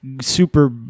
Super